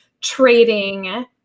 trading